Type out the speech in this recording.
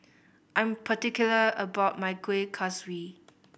I am particular about my Kueh Kaswi